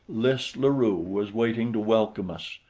lys la rue was waiting to welcome us.